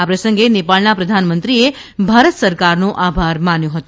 આ પ્રસંગે નેપાળના પ્રધાનમંત્રીએ ભારત સરકારનો આભાર માન્યો હતો